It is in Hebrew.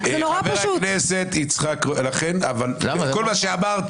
זה נושא חדש, לא שמענו